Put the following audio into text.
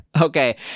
Okay